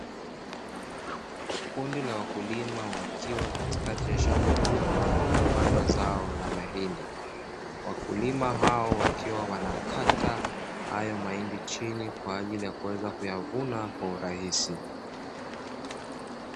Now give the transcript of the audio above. Kundi la wakulima wakiwa katikati ya shamba kubwa lilopandwa zao la mahindi. Wakulima hao wakiwa wanakata hayo mahindi chini kwa ajili ya kuweza kuyavuna kwa urahisi.